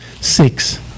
six